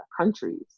countries